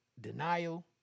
denial